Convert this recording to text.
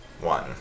one